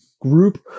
group